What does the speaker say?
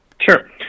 Sure